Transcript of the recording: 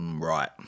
Right